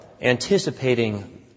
anticipating